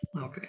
Okay